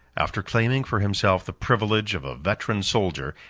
after claiming for himself the privilege of a veteran soldier,